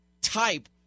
type